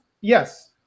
Yes